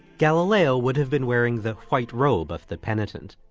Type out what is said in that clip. galileo would have been wearing the white robe of the penitent.